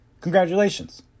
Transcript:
Congratulations